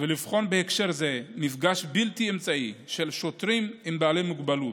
ולבחון בהקשר זה מפגש בלתי אמצעי של שוטרים עם בעלי מוגבלות.